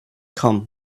come